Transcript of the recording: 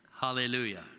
Hallelujah